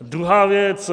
Druhá věc.